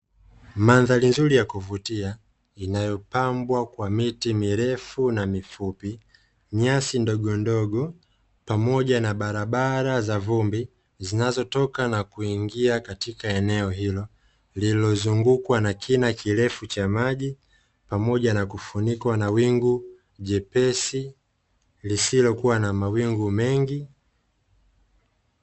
Mandhari nzuri ya kuvutia inayopambwa kwa miti mirefu na mifupi, nyasi ndogondogo pamoja na barabara za vumbi, zinazotoka na kuingia katika eneo hilo, lililozungukwa na kina kirefu cha maji pamoja na kufunikwa na wingu jepesi, lisilokuwa na mawingu mengi.